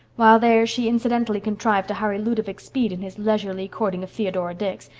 while there she incidentally contrived to hurry ludovic speed in his leisurely courting of theodora dix,